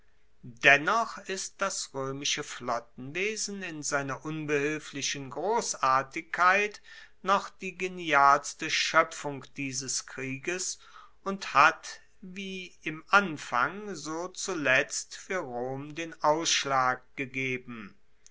dennoch ist das roemische flottenwesen in seiner unbehilflichen grossartigkeit noch die genialste schoepfung dieses krieges und hat wie im anfang so zuletzt fuer rom den ausschlag gegeben